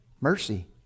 Mercy